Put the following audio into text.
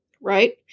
right